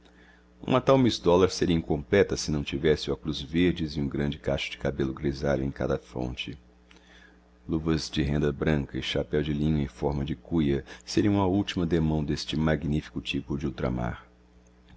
uma tal miss dollar seria incompleta se não tivesse óculos verdes e um grande cacho de cabelo grisalho em cada fonte luvas de renda branca e chapéu de linho em forma de cuia seriam a última demão deste magnífico tipo de